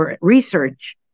Research